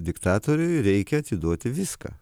diktatoriui reikia atiduoti viską